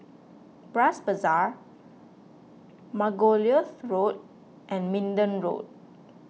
Bras Basah Margoliouth Road and Minden Road